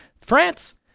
France